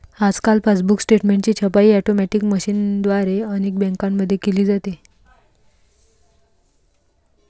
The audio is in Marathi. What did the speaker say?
आजकाल पासबुक स्टेटमेंटची छपाई ऑटोमॅटिक मशीनद्वारे अनेक बँकांमध्ये केली जाते